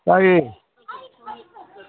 ꯇꯥꯏꯌꯦ